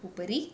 उपरि